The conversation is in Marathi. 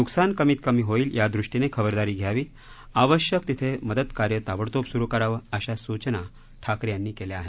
नुकसान कमीतकमी होईल यादृष्टीने खबरदारी घ्यावी आवश्यक तिथे मदतकार्य ताबडतोब सुरु करावं अशा सूचना ठाकरे यांनी केल्या आहेत